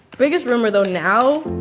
biggest rumor though now,